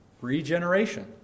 regeneration